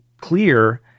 clear